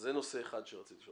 זה נושא אחד שרציתי לשאול.